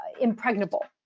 impregnable